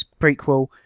prequel